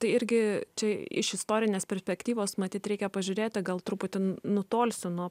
tai irgi čia iš istorinės perspektyvos matyt reikia pažiūrėti gal truputį nutolsiu nuo